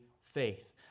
faith